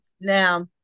Now